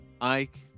Ike